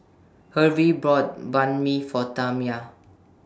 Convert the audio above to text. Hervey brought Banh MI For Tamia